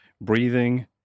breathing